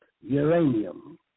uranium